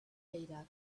data